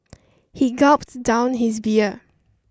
he gulped down his beer